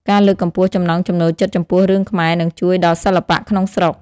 ការលើកកម្ពស់ចំណង់ចំណូលចិត្តចំពោះរឿងខ្មែរនឹងជួយដល់សិល្បៈក្នុងស្រុក។